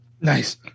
Nice